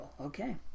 Okay